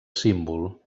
símbol